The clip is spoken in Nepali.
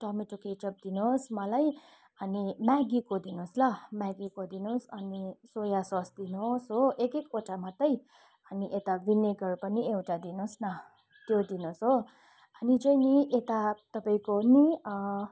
टमेटो केचअप दिनुहोस् मलाई अनि म्यागीको दिनुहोस् ल म्यागीको दिनुहोस् अनि सोया सस दिनुहोस् हो एक एकवटा मात्रै अनि यता भिनेगर पनि एउटा दिनुहोस् न त्यो दिनुहोस् हो अनि चाहिँ नि यता तपाईँको नि